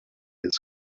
had